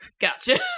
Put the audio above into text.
Gotcha